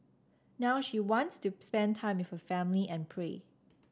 now she wants to spend time with her family and pray